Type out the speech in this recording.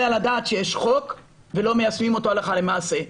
על הדעת שיש חוק ולא מיישמים אותו הלכה למעשה.